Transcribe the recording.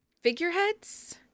figureheads